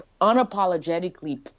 unapologetically